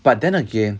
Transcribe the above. but then again